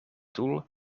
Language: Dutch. doel